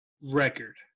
record